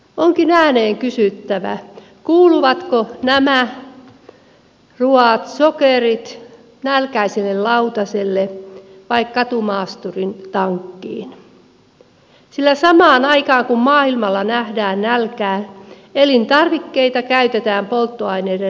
onkin ääneen kysyttävä kuuluvatko nämä ruuat sokerit nälkäisen lautaselle vai katumaasturin tankkiin sillä samaan aikaan kun maailmalla nähdään nälkää elintarvikkeita käytetään polttoaineiden raaka aineena